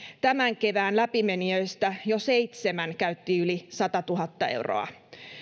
tämän kevään läpimenijöistä jo seitsemän käytti yli satatuhatta euroa